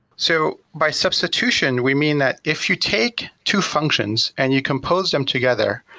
so by substitution we mean that if you take two functions and you compose them together,